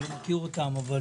אני מכיר אותן, אבל